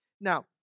Now